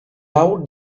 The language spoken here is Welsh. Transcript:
awn